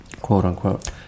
quote-unquote